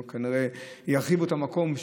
שירחיבו את המקום,